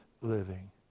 living